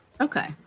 okay